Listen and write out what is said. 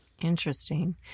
Interesting